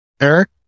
Eric